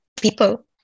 people